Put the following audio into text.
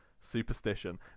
superstition